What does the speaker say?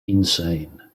insane